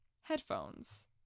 Headphones